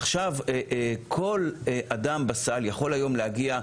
עכשיו כל אדם בסל יכול היום להגיע,